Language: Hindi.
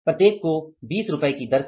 प्रत्येक को 20 रुपये की दर से